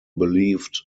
believed